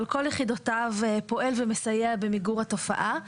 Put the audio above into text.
על כל יחידותיו פועל ומסייע במיגור התופעה.